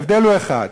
ההבדל הוא אחד,